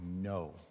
no